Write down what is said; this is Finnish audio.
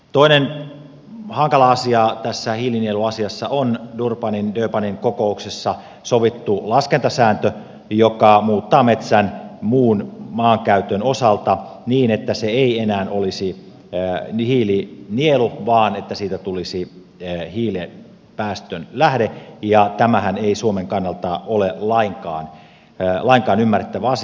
toinen hankala asia tässä hiilinieluasiassa on durbanin kokouksessa sovittu laskentasääntö joka muuttaa metsän muun maankäytön osalta niin että se ei enää olisi hiilinielu vaan että siitä tulisi hiilen päästön lähde ja tämähän ei suomen kannalta ole lainkaan ymmärrettävä asia